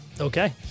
Okay